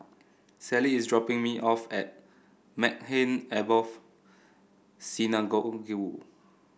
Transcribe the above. Sally is dropping me off at Maghain Aboth Synagogue